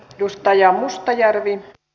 arvoisa puhemies